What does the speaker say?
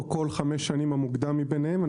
או כל חמש שנים, המוקדם מבניהם.